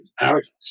paradise